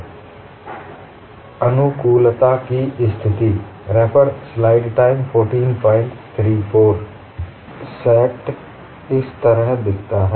compatibility की स्थिति और सेट 1 इस तरह दिखता है